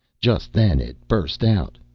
just then it burst out,